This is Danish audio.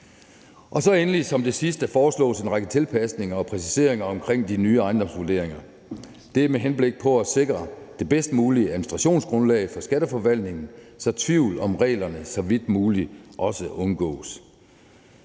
foreslås der som det sidste en række tilpasninger og præciseringer omkring de nye ejendomsvurderinger. Det er med henblik på at sikre det bedst mulige administrationsgrundlag for Skatteforvaltningen, så tvivl om reglerne så vidt muligt undgås.